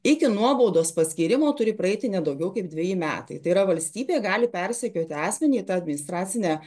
iki nuobaudos paskyrimo turi praeiti ne daugiau kaip dveji metai tai yra valstybė gali persekioti asmenį į tą administracine